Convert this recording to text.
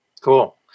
Cool